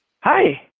Hi